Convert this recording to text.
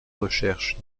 recherches